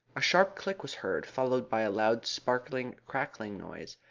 a sharp click was heard, followed by a loud, sparkling, crackling noise.